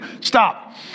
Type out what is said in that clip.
stop